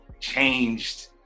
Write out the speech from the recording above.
changed